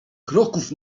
kroków